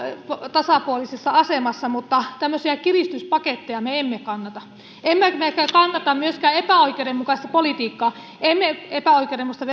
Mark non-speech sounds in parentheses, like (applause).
tasapuolisessa asemassa mutta tämmöisiä kiristyspaketteja me emme kannata emmekä me kannata myöskään epäoikeudenmukaista politiikkaa emme epäoikeudenmukaista (unintelligible)